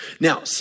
Now